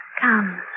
Come